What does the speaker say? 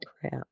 crap